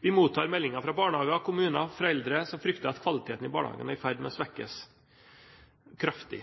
Vi mottar meldinger fra barnehager, kommuner og foreldre, som frykter at kvaliteten i barnehagene er i ferd med å svekkes kraftig.